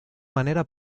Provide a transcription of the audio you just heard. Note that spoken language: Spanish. manera